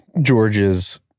George's